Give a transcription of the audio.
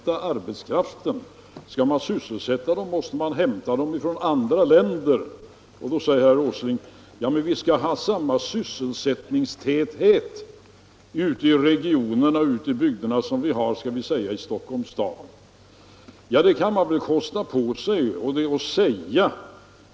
Kan man sysselsätta 400 000 personer till måste man hämta dem från andra länder. Herr Åsling säger att vi skall ha samma sysselsättningstäthet ute i bygderna som i skall vi säga Stockholms stad. Ja, det kan man kosta på sig att säga.